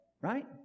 Right